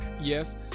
Yes